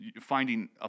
finding